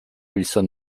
wilson